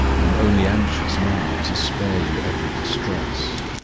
i am only anxious now to spare you every distress.